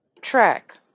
track